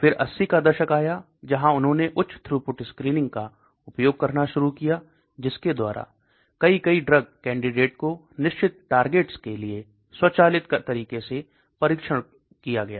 फिर 80 का दशक आया जहां उन्होंने उच्च थ्रूपुट स्क्रीनिंग का उपयोग करना शुरू किया जिसके द्वारा कई कई ड्रग कैंडिडेट को निश्चित टार्गेट्स के लिए स्वचालित तरीके से परीक्षण किया गया